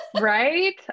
Right